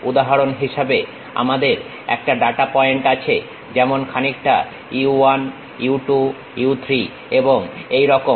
উদাহরণ হিসেবে আমাদের একটা ডাটা পয়েন্ট আছে যেমন খানিকটা u 1 u 2 u 3 এবং এইরকম